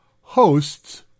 hosts